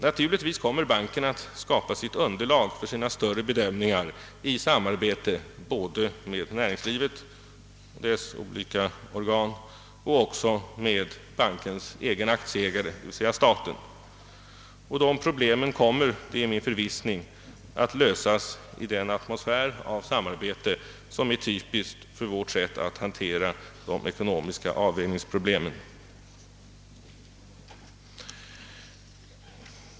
Naturligtvis kommer investeringsbanken att skapa underlag för sina större bedömningar i samarbete både med näringslivet, dess olika organ och med bankens egen aktieägare, d. v. s. staten. Dessa problem kommer — det är min förvissning — att lösas i den atmosfär av samarbete som är typisk för vårt sätt att hantera ekonomiska avvägningsfrågor.